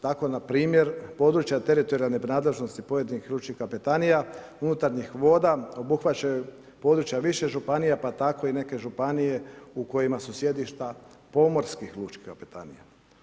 Tako npr. područja teritorijalne nadležnosti pojedinih lučkih kapetanija unutarnjih voda obuhvaćaju područja više županija pa tako i neke županije u kojima su sjedišta pomorskih lučkih kapetanija.